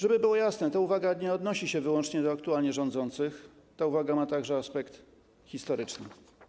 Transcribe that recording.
Żeby było jasne: ta uwaga nie odnosi się wyłącznie do aktualnie rządzących, ta uwaga ma także aspekt historyczny.